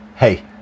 Hey